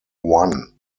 one